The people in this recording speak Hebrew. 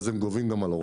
אז הם גם גובים על הורדה